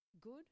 good